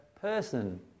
person